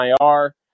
IR